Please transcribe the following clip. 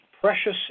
precious